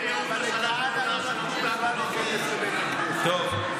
זה לא בסדר,